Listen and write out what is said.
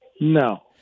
No